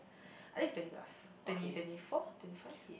I think it's twenty plus twenty twenty four twenty five